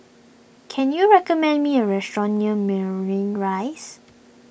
can you recommend me a restaurant near marine Rise